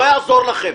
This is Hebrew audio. לא יעזור לכם.